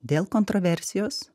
dėl kontraversijos